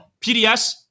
PDS